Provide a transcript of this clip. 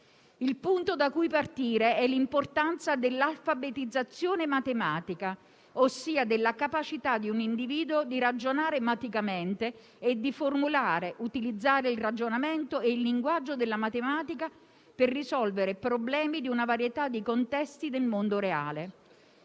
Il punto da cui partire è l'importanza dell'alfabetizzazione matematica, ossia della capacità di un individuo di ragionare matematicamente e di formulare e utilizzare il ragionamento e il linguaggio della matematica per risolvere problemi di una varietà di contesti del mondo reale.